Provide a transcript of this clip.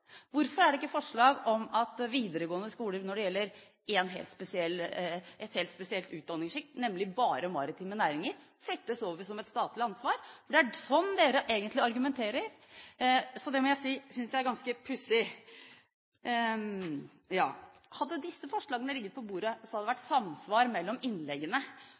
Hvorfor er det ikke forslag om at videregående skoler når det gjelder et helt spesielt utdanningssjikt, nemlig bare maritime næringer, flyttes over som et statlig ansvar? Det er slik dere egentlig argumenterer. Det må jeg si jeg synes er ganske pussig. Hadde disse forslagene ligget på bordet, hadde det vært samsvar mellom innleggene